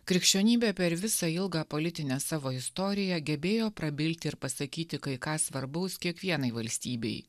krikščionybė per visą ilgą politinę savo istoriją gebėjo prabilti ir pasakyti kai ką svarbaus kiekvienai valstybei